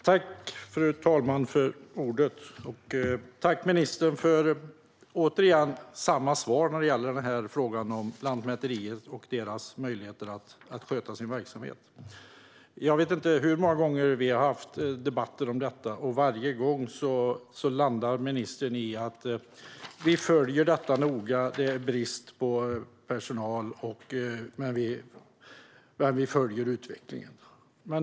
Fru talman! Jag vill återigen tacka ministern för samma svar när det gäller Lantmäteriet och möjligheterna att sköta den verksamheten. Jag vet inte hur många gånger som vi har haft debatter om detta. Varje gång landar ministern i att man följer detta noga. Det är brist på personal, men man följer utvecklingen.